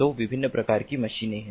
तो विभिन्न प्रकार की मशीनें है